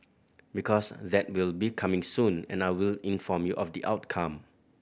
because that will be coming soon and I will inform you of the outcome